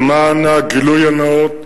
למען הגילוי הנאות,